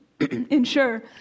ensure